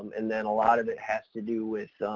and then a lot of it has to do with,